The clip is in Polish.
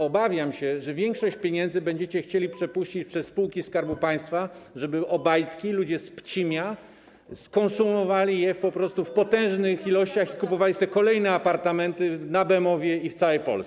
Obawiam się, że większość pieniędzy będziecie chcieli przepuścić przez spółki Skarbu Państwa, żeby Obajtki, ludzie z Pcimia skonsumowali je po prostu w potężnych ilościach i kupowali sobie kolejne apartamenty na Bemowie i w całej Polsce.